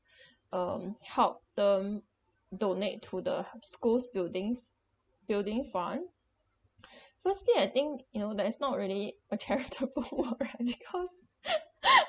um help them donate to the school's building building fund firstly I think you know that it's not really a charitable work right because